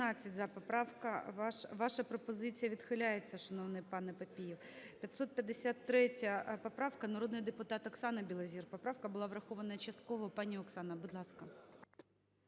ваша... Ваша пропозиція відхиляється, шановний панеПапієв. 553 поправка, народний депутат Оксана Білозір. Поправка була врахована частково. Пані Оксана, будь ласка.